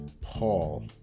Paul